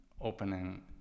opening